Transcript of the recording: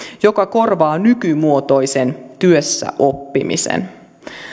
joka korvaa nykymuotoisen työssäoppimisen